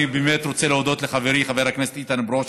אני באמת רוצה להודות לחברי חבר הכנסת איתן ברושי.